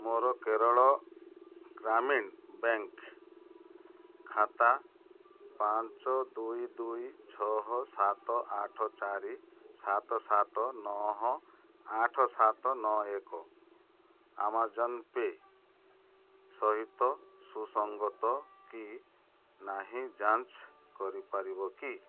ମୋର କେରଳ ଗ୍ରାମୀଣ ବ୍ୟାଙ୍କ୍ ଖାତା ପାଞ୍ଚ ଦୁଇ ଦୁଇ ଛଅ ସାତ ଆଠ ଚାରି ସାତ ସାତ ନଅ ଆଠ ସାତ ନଅ ଏକ ଆମାଜନ୍ ପେ ସହିତ ସୁସଙ୍ଗତ କି ନାହିଁ ଯାଞ୍ଚ କରିପାରିବ କି